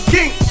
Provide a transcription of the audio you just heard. King